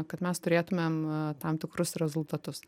kad mes turėtumėm na tam tikrus rezultatus